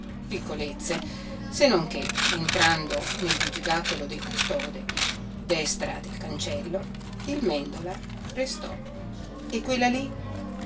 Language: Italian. piccolezze se non che entrando nel bugigattolo del custode a destra del cancello il mèndola restò e quella lì